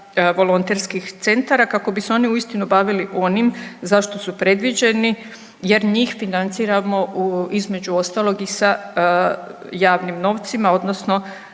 volonterskih centara kako bi se oni uistinu bavili onim za što su predviđeni jer njih financiramo između ostaloga i sa javnim novcima odnosno